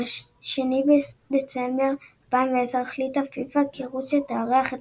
ב-2 בדצמבר 2010 החליטה פיפ"א כי רוסיה תארח את